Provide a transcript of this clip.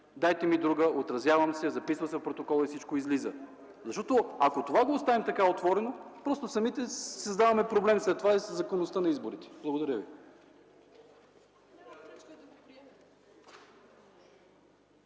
дайте ми друга, отразява се, записва се в протокола и всичко излиза. Ако това го оставим така отворено, самите си създаваме проблеми след това със законността на изборите. Благодаря ви.